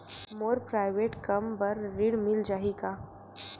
मोर private कम बर ऋण मिल जाही का?